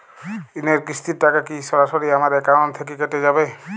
ঋণের কিস্তির টাকা কি সরাসরি আমার অ্যাকাউন্ট থেকে কেটে যাবে?